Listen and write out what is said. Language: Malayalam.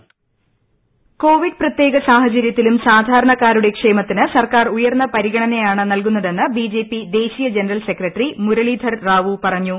വോയിസ് കോവിഡ് പ്രത്യേക സാഹചരൃത്തിലും സാധാരണക്കാരുടെ ക്ഷേമത്തിന് സർക്കാർ ഉയർന്ന പരിഗണനയാണ് നൽകുന്നതെന്ന് ബിജെപി ദേശീയ ജനറൽ സെക്രട്ടറി മുരളീധർ റാവു പറഞ്ഞു